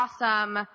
awesome